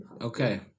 Okay